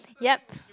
yup